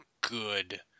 good